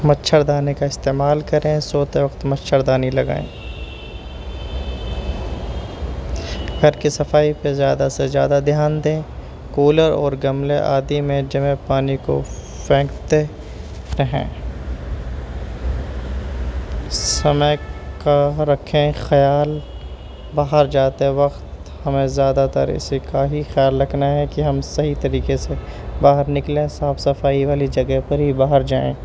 مچھردانی کا استعمال کریں سوتے وقت مچھردانی لگائیں گھر کی صفائی پہ زیادہ سے زیادہ دھیان دیں کولر اور گملے آدی میں جمے پانی کو پھینکتے رہیں سمے کا رکھیں خیال باہر جاتے وقت ہمیں زیادہ تر اسی کا ہی خیال رکھنا ہے کہ ہم صحیح طریقے سے باہر نکلیں صاف صفائی والی جگہ پر ہی باہر جائیں